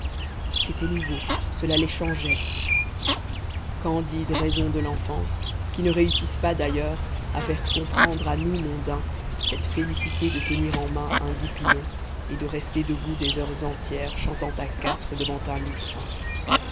c'était nouveau cela les changeait candides raisons de l'enfance qui ne réussissent pas d'ailleurs à faire comprendre à nous mondains cette félicité de tenir en main un goupillon et de rester debout des heures entières chantant à quatre devant un lutrin